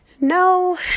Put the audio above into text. No